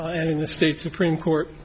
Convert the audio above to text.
in the state supreme court